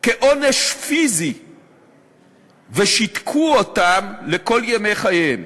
כעונש פיזי ושיתקו אותם לכל ימי חייהם.